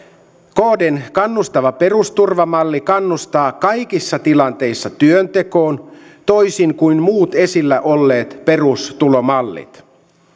kdn kannustava perusturvamalli kannustaa kaikissa tilanteissa työntekoon toisin kuin muut esillä olleet perustulomallit